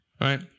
right